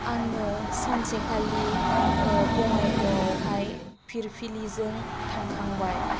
आङो सानसेखालि बङाइगावावहाय फिरफिलिजों थांखांबाय